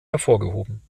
hervorgehoben